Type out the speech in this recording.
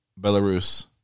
Belarus